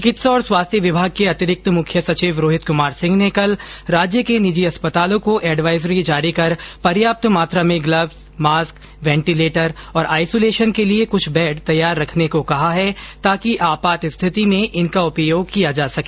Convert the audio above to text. चिकित्सा और स्वास्थ्य विभाग के अतिरिक्त मुख्य सचिव रोहित कुमार सिंह ने कल राज्य के निजी अस्पतालों को एडवाइजरी जारी कर पर्याप्त मात्रा में ग्लब्स मास्क वेंटीलेटर और आइसोलेशन के लिए कुछ बेड तैयार रखने को कहा है ताकि आपात स्थिति में इनका उपयोग किया जा सके